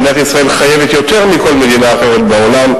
ולכן מדינת ישראל חייבת יותר מכל מדינה אחרת בעולם,